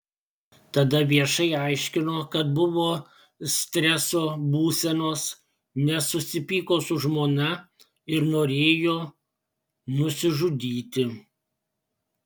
tada viešai aiškino kad buvo streso būsenos nes susipyko su žmona ir norėjo nusižudyti